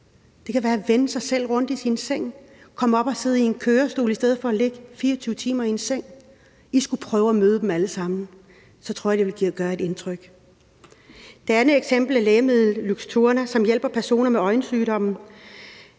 det kan være at vende sig i sengen, komme op at sidde i en kørestol i stedet for at ligge 24 timer i en seng. I skulle prøve at møde dem alle sammen, det tror jeg ville gøre indtryk. Det andet eksempel er lægemidlet Luxturna, som hjælper personer med en øjensygdom,